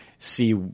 see